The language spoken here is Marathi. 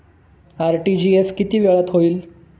आर.टी.जी.एस किती वेळात होईल?